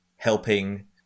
helping